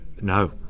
No